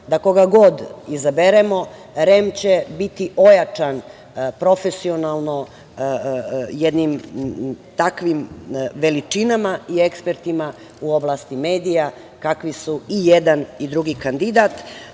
da, koga god izaberemo, REM će biti ojačan profesionalno jednim takvim veličinama i ekspertima u oblasti medija kakvi su i jedan i drugi kandidat. Građani